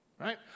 right